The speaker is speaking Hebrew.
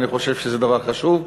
אני חושב שזה דבר חשוב.